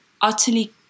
utterly